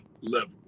level